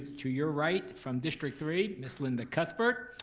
to your right, from district three miss linda cuthbert.